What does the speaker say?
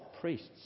priests